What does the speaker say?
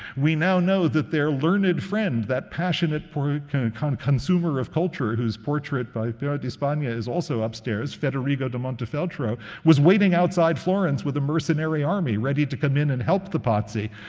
we now know that their learned friend, that passionate consumer kind of kind of consumer of culture whose portrait by piero di spagna is also upstairs federigo da montefeltro was waiting outside florence with a mercenary army, ready to come in and help the pazzi.